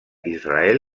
israel